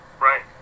Right